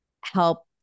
help